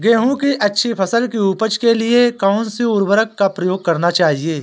गेहूँ की अच्छी फसल की उपज के लिए कौनसी उर्वरक का प्रयोग करना चाहिए?